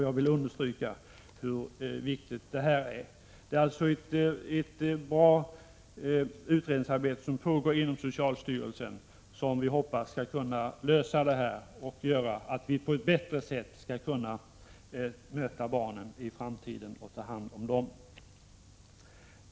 Jag vill understryka hur viktigt detta är. Det pågår alltså ett utredningsarbete inom socialstyrelsen som vi hoppas skall lösa problemen och medföra att vi på ett bättre sätt skall kunna ta hand om barnen i framtiden.